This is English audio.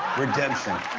redemption.